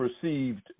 perceived